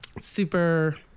super